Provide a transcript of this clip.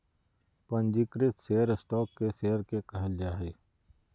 पंजीकृत share stock के share के कहल जा हइ